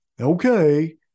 okay